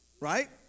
right